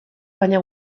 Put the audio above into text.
baina